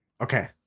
Okay